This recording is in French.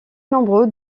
nombreux